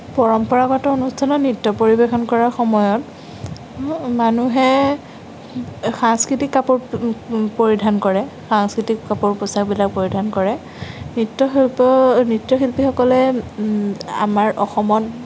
পৰম্পৰাগত অনুস্থানত নৃত্য পৰিবেশন কৰাৰ সময়তমানুহে সাংস্কৃতিক কাপোৰ পৰিধান কৰে সাংস্কৃতিক কাপোৰ পোচাকবোৰ পৰিধান কৰে নৃত্য শিল্পীসকলে আমাৰ অসমত